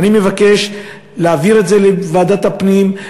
אני מבקש להעביר את זה לוועדת הפנים,